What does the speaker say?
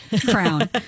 crown